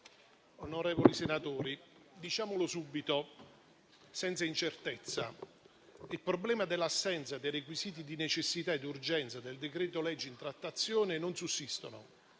onorevoli senatori, diciamo subito senza incertezza che il problema dell'assenza dei requisiti di necessità ed urgenza del decreto-legge in trattazione non sussiste,